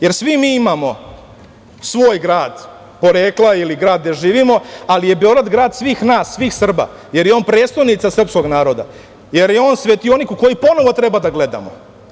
Jer svi mi imamo svoj grad porekla ili grad gde živimo, ali je Beograd grad svih nas, svih Srba, jer je on prestonica srpskog naroda, jer je on svetionik u koji ponovo treba da gledamo.